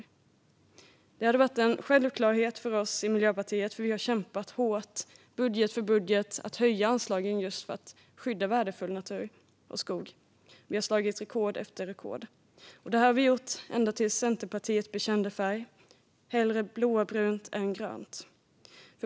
Det skulle ha varit en självklarhet för oss i Miljöpartiet, för vi har kämpat hårt, budget för budget, för att höja anslagen till att skydda värdefull natur och skog. Vi har slagit rekord efter rekord. Det gjorde vi ända tills Centerpartiet bekände färg: hellre blåbrunt än grönt.